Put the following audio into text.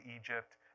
Egypt